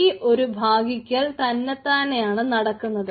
ഈ ഒരു ഭാഗിക്കൽ തന്നത്താനെയാണ് നടക്കുന്നത്